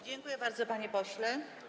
Dziękuję bardzo, panie pośle.